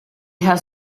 has